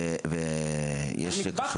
ויש כשרות.